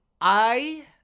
I-